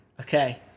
Okay